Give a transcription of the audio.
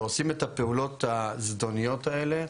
ועושים את הפעולות הזדוניות האלה,